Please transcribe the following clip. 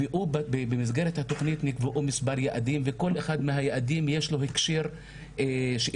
במסגרת התוכנית נקבעו מספר יעדים וכל אחד מהיעדים יש לו הקשר מגדרי.